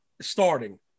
starting